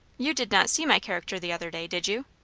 you did not see my character the other day, did you?